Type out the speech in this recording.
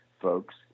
folks